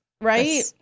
Right